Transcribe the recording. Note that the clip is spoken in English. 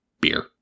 beer